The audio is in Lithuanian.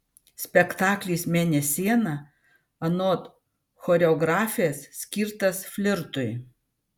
spektaklis mėnesiena anot choreografės skirtas flirtui